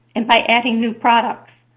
and by adding new products.